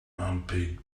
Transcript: unpaid